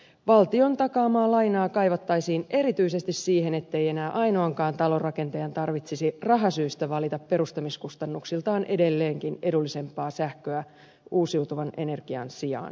valtion takaamaa lainaa kaivattaisiin erityisesti siihen ettei enää ainoankaan talonrakentajan tarvitsisi rahasyistä valita perustamiskustannuksiltaan edelleenkin edullisempaa sähköä uusiutuvan energian sijaan